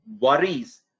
worries